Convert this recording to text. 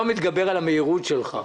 מתגבר על המהירות שלך,